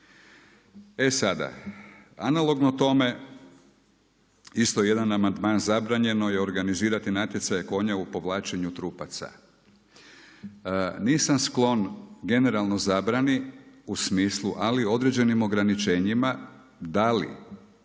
E sada, analogno tome isto jedan amandman zabranjeno je organizirati natjecanje konja u povlačenju trupaca. Nisam sklon generalno zabrani u smislu, ali određenim ograničenjima da li